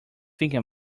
thinking